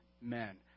men